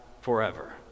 forever